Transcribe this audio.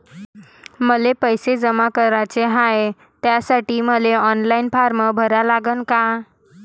मले पैसे जमा कराच हाय, त्यासाठी मले ऑनलाईन फारम भरा लागन का?